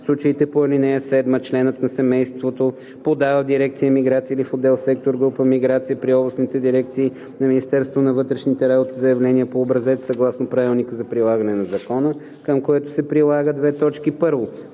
в случаите по ал. 7, членът на семейството подава в дирекция „Миграция“ или в отдел/сектор/група „Миграция“ при областните дирекции на Министерството на вътрешните работи заявление по образец съгласно правилника за прилагане на закона, към което прилага: 1. копие на